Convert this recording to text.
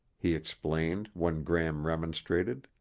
he explained when gram remonstrated.